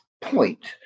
point